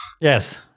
yes